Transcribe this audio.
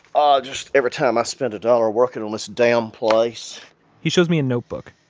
ah just every time i spend a dollar working on this damn place he shows me a notebook,